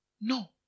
No